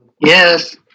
Yes